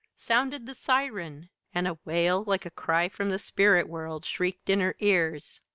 sounded the siren, and a wail like a cry from the spirit world shrieked in her ears.